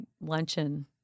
luncheon